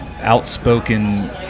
outspoken